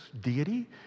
deity